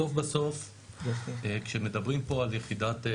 בסוף בסוף כשמדברים פה על יחידת,